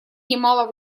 немало